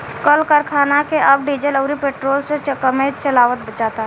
कल करखना के अब डीजल अउरी पेट्रोल से कमे चलावल जाता